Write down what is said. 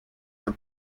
are